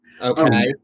Okay